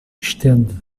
estende